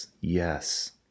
Yes